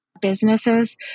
businesses